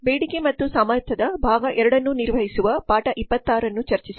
ನಂತರ ಬೇಡಿಕೆ ಮತ್ತು ಸಾಮರ್ಥ್ಯದ ಭಾಗ II ಅನ್ನು ನಿರ್ವಹಿಸುವ ಪಾಠ 26 ಅನ್ನು ಚರ್ಚಿಸಿ